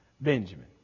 Benjamin